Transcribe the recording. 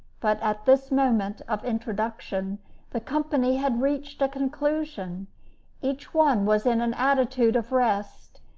but at this moment of introduction the company had reached a conclusion each one was in an attitude of rest,